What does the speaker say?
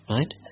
Right